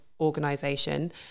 organization